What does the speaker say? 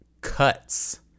cuts